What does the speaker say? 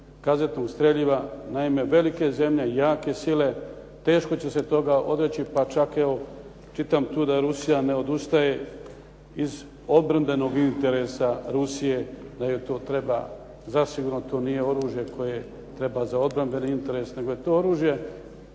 kazetnog streljiva. Naime velike zemlje, jake sile teško će se toga odreći pa čak evo čitam tu da Rusija ne odustaje, iz obrambenog interesa Rusije da joj to treba. Zasigurno to nije oružje koje treba za obrambeni interes nego je to oružje